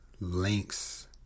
links